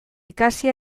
ikasi